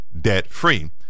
debt-free